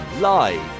live